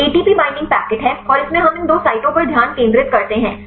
तो ATP binding packet है और इससे हम इन दो साइटों पर ध्यान केंद्रित करते हैं